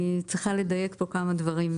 אני צריכה לדייק כמה דברים.